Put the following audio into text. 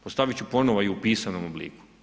Postavit ću ponovo i u pisanom obliku.